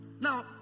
now